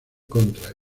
contra